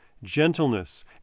gentleness